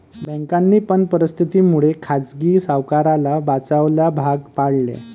बँकांनी पण परिस्थिती मुळे खाजगी सावकाराला वाचवायला भाग पाडले